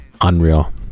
unreal